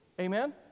Amen